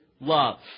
love